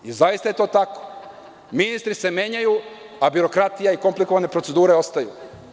Zaista je to tako, ministri se menjaju, a birokratija i komplikovane procedure ostaju.